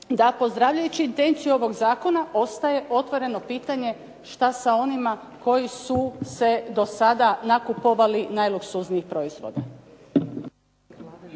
da pozdravljajući intenciju ovog zakona ostaje otvoreno pitanje što je sa onima koji su se do sada nakupovali najluksuznijih proizvoda?